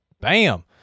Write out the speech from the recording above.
bam